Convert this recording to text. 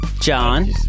John